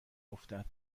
افتد